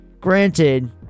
Granted